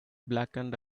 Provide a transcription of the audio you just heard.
blackened